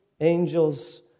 angels